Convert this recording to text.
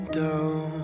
down